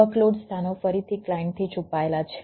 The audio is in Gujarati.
વર્કલોડ સ્થાનો ફરીથી ક્લાયન્ટથી છુપાયેલા છે